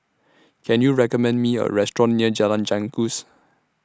Can YOU recommend Me A Restaurant near Jalan Janggus